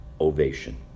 Ovation